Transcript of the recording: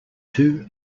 two